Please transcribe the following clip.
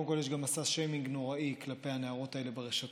קודם כול יש גם מסע שיימינג נוראי כלפי הנערות האלה ברשתות,